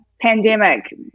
pandemic